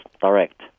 direct